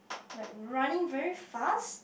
like running very fast